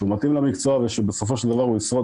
שהוא מתאים למקצוע ושבסופו של דבר הוא ישרוד